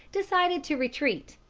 decided to retreat,